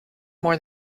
more